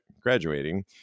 graduating